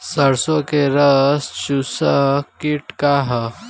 सरसो में रस चुसक किट का ह?